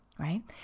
Right